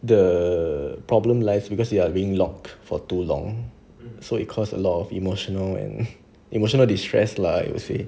the problem lies because they are being locked for too long so it cause a lot of emotional and emotional distress lah I would say